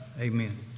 Amen